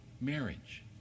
marriage